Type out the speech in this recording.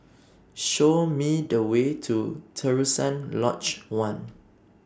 Show Me The Way to Terusan Lodge one